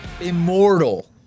Immortal